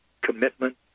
commitment